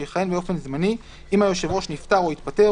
שיכהן באופן זמני אם היושב ראש נפטר או התפטר,